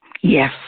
Yes